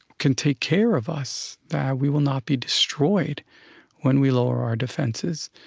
can take care of us, that we will not be destroyed when we lower our defenses,